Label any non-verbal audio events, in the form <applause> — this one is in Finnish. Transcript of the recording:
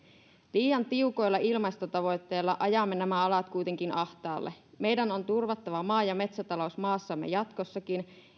liian tiukoilla ilmastotavoitteilla ajamme nämä alat kuitenkin ahtaalle meidän on turvattava maa ja metsätalous maassamme jatkossakin <unintelligible>